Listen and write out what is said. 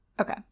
Okay